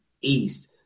East